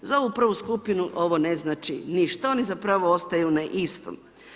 Za ovu 1. skupini ovo ne znači ništa, oni zapravo ostaju na istom.